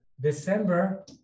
December